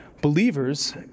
Believers